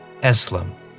Eslam